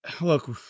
look